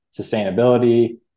sustainability